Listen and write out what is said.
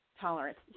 tolerance